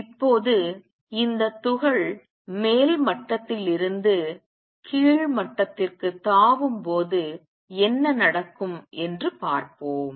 இப்போது இந்த துகள் மேல் மட்டத்திலிருந்து கீழ் மட்டத்திற்கு தாவும்போது என்ன நடக்கும் என்று பார்ப்போம்